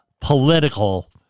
political